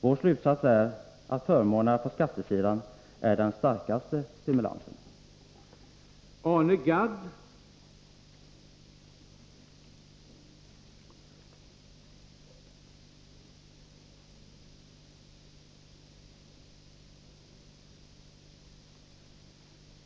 Vår slutsats är att förmånerna på skattesidan utgör den starkaste stimulansen för människor.